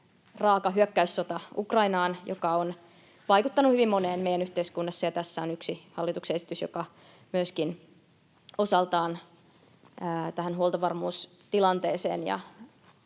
raaka hyökkäyssota Ukrainaan, joka on vaikuttanut hyvin moneen meidän yhteiskunnassa. Tässä on yksi hallituksen esitys, joka myöskin osaltaan liittyy tähän huoltovarmuustilanteeseen ja